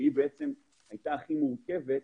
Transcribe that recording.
שהיא בעצם הייתה הכי מורכבת,